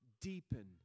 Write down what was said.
deepen